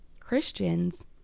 Christians